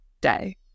day